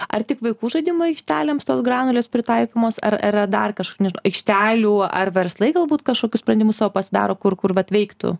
ar tik vaikų žaidimo aikštelėms tos granulės pritaikomos ar yra dar kažkokių nežinau aikštelių ar verslai galbūt kažkokius sprendimus savo pasidaro kur kur vat veiktų